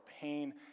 pain